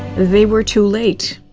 they were too late.